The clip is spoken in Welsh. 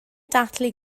dathlu